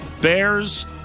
Bears